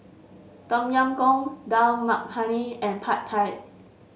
Tom Yam Goong Dal Makhani and Pad Thai